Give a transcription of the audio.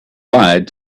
lied